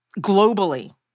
globally